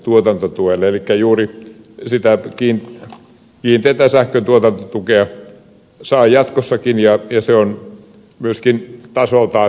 elikkä juuri sitä kiinteätä sähkön tuotantotukea saa jatkossakin ja se on myöskin tasoltaan suhteellisen korkea